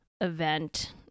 event